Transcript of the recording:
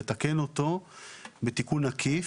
לתקן אותו בתיקון עקיף.